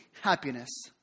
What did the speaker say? happiness